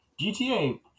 GTA